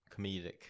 comedic